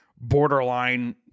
borderline